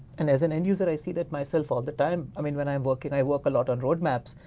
and as an end user i see that myself all the time. i mean when i um work, and i work a lot on roadmaps.